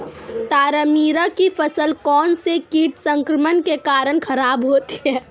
तारामीरा की फसल कौनसे कीट संक्रमण के कारण खराब होती है?